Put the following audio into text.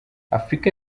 afurika